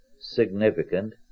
significant